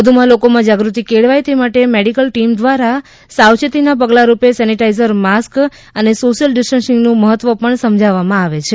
વધુમાં લોકોમાં જાગૃતિ કેળવાય તે માટે મેડીકલ ટીમ દ્વારા સાવચેતીના પગલારૂપે સેનેટાઈઝર માસ્ક અને સોશ્યિલ ડીસ્ટન્સીંગનું મહત્વ પણ સમજાવવામાં આવે છે